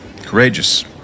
Courageous